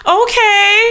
okay